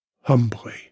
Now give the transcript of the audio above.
humbly